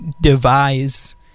devise